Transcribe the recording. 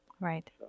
Right